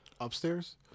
Upstairs